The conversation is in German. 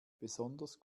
besonders